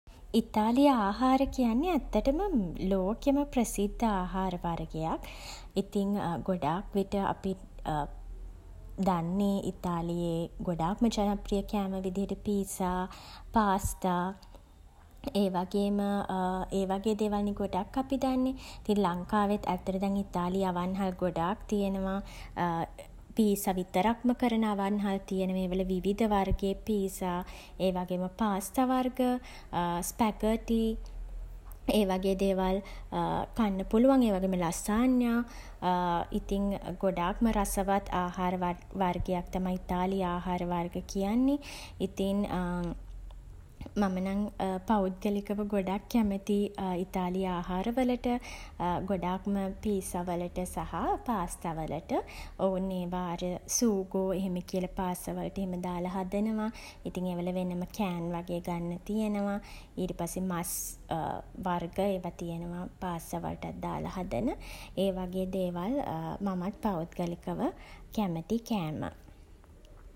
ඉතාලියේ ආහාර කියන්නේ ඇත්තටම ලෝකෙම ප්‍රසිද්ධ ආහාර වර්ගයක්. ඉතින් ගොඩාක් විට අපි දන්නේ ඉතාලියේ ගොඩාක්ම ජනප්‍රිය විදිහට පීසා පාස්තා ඒ වගේම ඒ වගේ දේවල්නේ ගොඩක් අපි දන්නේ. ඉතින් ලංකාවෙත් ඇත්තට දැන් ඉතාලි අවන්හල් ගොඩාක් තියෙනවා. පීසා විතරක්ම කරන අවන්හල් තියෙනවා. ඒවල විවධ වර්ගයේ පීසා ඒ වගේම පාස්තා වර්ග ස්පැගටි ඒ වගේ දේවල් කන්න පුළුවන්. ඒ වගේම ලසාන්යා ඉතින් ගොඩාක්ම රසවත් ආහාර වර්ගයක් තමයි ඉතාලි ආහාර වර්ග කියන්නේ. ඉතින් මම නම් පෞද්ගලිකව ගොඩක් කැමතියි ඉතාලි ආහාර වලට. ගොඩක්ම පීසා වලට සහ පාස්තා වලට. ඔවුන් ඒවා අර සූගෝ එහෙම කියල පාස්තා වලට එහෙම දාල හදනවා. ඉතින් ඒ වල වෙනම කෑන් වගේ ගන්න තියෙනවා. ඊට පස්සේ මස් වර්ග ඒවා තියෙනවා පාස්තා වලටත් දාල හදන. ඒ වගේ දේවල් මමත් පෞද්ගලිකව කැමති කෑම.